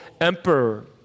emperor